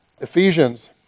Ephesians